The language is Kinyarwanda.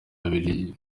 bibiliya